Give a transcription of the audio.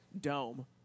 dome